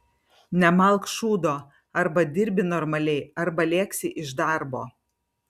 nemalk šūdo arba dirbi normaliai arba lėksi iš darbo